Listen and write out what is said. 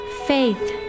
faith